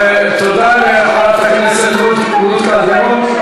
תודה לחברת הכנסת רות קלדרון.